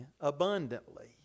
abundantly